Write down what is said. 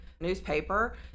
newspaper